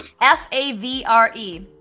F-A-V-R-E